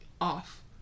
off